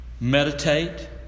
Meditate